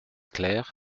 clair